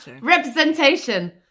representation